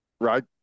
right